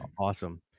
awesome